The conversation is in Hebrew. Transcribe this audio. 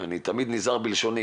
ואני תמיד נזהר בלשוני